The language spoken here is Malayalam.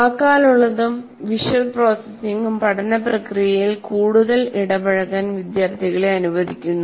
വാക്കാലുള്ളതും വിഷ്വൽ പ്രോസസ്സിംഗും പഠന പ്രക്രിയയിൽ കൂടുതൽ ഇടപഴകാൻ വിദ്യാർത്ഥികളെ അനുവദിക്കുന്നു